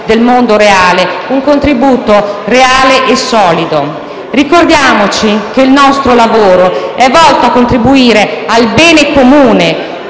del mondo reale, un contributo effettivo e solido. Ricordiamoci che il nostro lavoro è volto a contribuire al bene comune